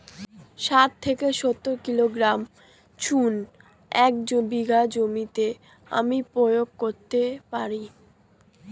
শাঠ থেকে সত্তর কিলোগ্রাম চুন এক বিঘা জমিতে আমি প্রয়োগ করতে পারি?